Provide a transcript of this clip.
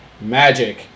Magic